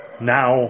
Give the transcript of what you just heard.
now